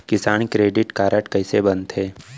किसान credit card कइसे बनथे?